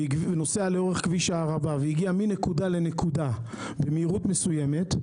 הוא נוסע לאורך כביש הערבה והגיע מנקודה לנקודה במהירות מסוימת,